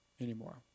anymore